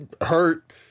hurt